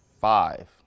five